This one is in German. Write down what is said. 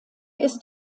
ist